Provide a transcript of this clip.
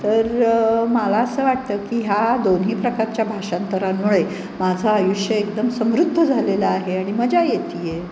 तर मला असं वाटतं की ह्या दोन्ही प्रकारच्या भाषांतरांमुळे माझं आयुष्य एकदम समृद्ध झालेलं आहे आणि मजा येते आहे